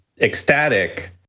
ecstatic